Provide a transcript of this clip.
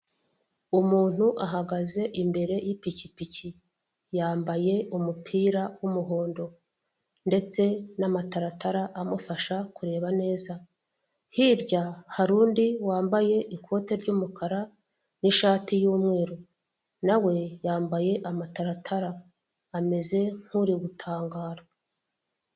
Umuntu ahagaze imbere y'ipikipiki. Yambaye umupira w'umuhondo ndetse n'amataratara amufasha kureba neza. Hirya hari undi wambaye ikote ry'umukara n'ishati y'umweru na we yambaye amataratara ameze nkuri gutangara.